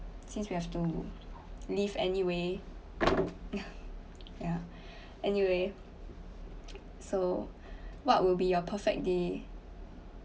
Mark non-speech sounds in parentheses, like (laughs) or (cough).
since we have to live anyway (laughs) ya anyway (noise) so what would be your perfect day